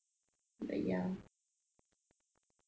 like ya